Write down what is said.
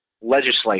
legislation